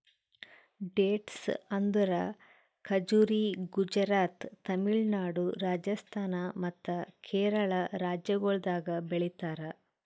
dates ಅಂದುರ್ ಖಜುರಿ ಗುಜರಾತ್, ತಮಿಳುನಾಡು, ರಾಜಸ್ಥಾನ್ ಮತ್ತ ಕೇರಳ ರಾಜ್ಯಗೊಳ್ದಾಗ್ ಬೆಳಿತಾರ್